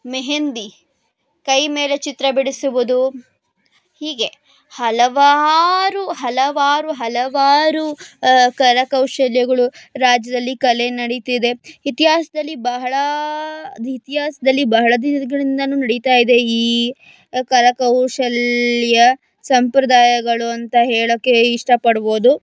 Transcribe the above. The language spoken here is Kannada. ಮೆಹೆಂದಿ ಕೈ ಮೇಲೆ ಚಿತ್ರ ಬಿಡಿಸುವುದು ಹೀಗೆ ಹಲವಾರು ಹಲವಾರು ಹಲವಾರು ಕರಕೌಶಲಗಳು ರಾಜ್ಯದಲ್ಲಿ ಕಲೆ ನಡಿತಿದೆ ಇತಿಹಾಸ್ದಲ್ಲಿ ಬಹಳ ಇತಿಹಾಸ್ದಲ್ಲಿ ಬಹಳ ದಿನಗಳಿಂದ ನಡಿತಾ ಇದೆ ಈ ಕರಕೌಶಲ ಸಂಪ್ರದಾಯಗಳು ಅಂತ ಹೇಳೋಕೆ ಇಷ್ಟಪಡ್ಬೌದು